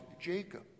Jacob